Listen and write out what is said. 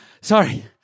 Sorry